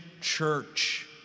church